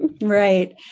Right